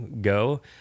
go